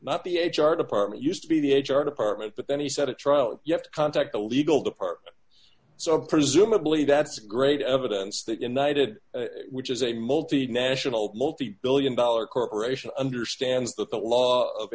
not the h r department used to be the h r department but then he said a tro you have to contact the legal department so presumably that's great evidence that united which is a multinational multibillion dollar corporation understands that the law of